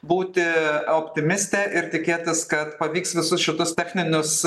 būti optimistė ir tikėtis kad pavyks visus šitus techninius